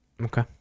okay